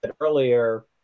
earlier